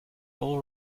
all